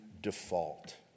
default